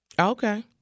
okay